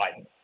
Biden